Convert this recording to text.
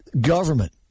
government